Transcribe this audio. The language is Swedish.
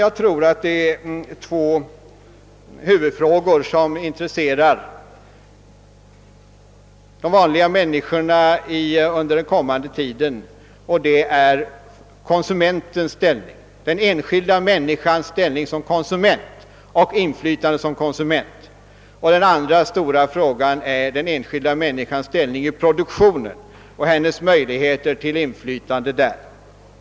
Jag tror att det är två huvudfrågor som intresserar de vanliga människorna under den närmaste framtiden, och det är den enskilda människans ställning och inflytande som konsument och den enskilda människans ställning och möjligheter till inflytande i produktionen.